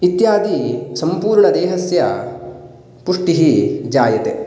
इत्यादि सम्पूर्णदेहस्य पुष्टिः जायते